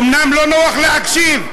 אומנם לא נוח להקשיב,